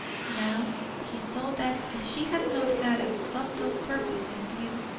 now he saw that if she had not had a subtle purpose in view,